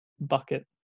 bucket